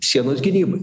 sienos gynybai